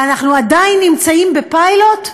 ואנחנו עדיין נמצאים בפיילוט,